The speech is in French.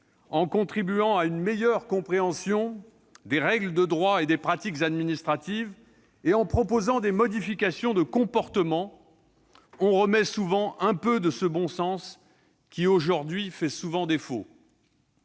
en contribuant à une meilleure compréhension des règles de droit et des pratiques administratives et en proposant des « modifications de comportement », on remet souvent un peu de ce bon sens qui aujourd'hui fait souvent défaut.